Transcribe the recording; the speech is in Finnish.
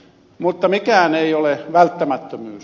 mutta mikään ei ole välttämättömyys